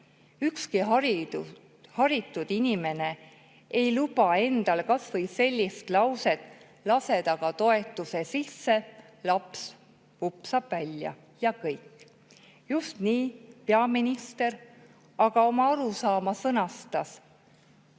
Ükski haritud inimene ei luba endale kas või sellist lauset: "Lased aga toetuse sisse, laps vupsab välja ja kõik." Just nii peaminister aga oma arusaama sõnastas.